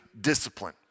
discipline